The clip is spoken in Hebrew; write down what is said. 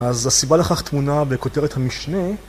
‫אז הסיבה לכך תמונה ‫בכותרת המשנה.